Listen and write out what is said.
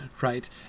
right